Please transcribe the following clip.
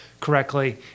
correctly